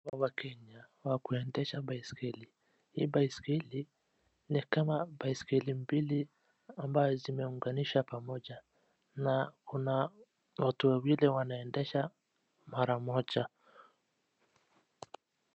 Wakenya wa wakuendesha baiskeli. Hii baiskeli ni kama baiskeli mbili ambayo zimeunganisha pamoja na kuna watu wawili wanaendesha mara moja.